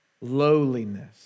lowliness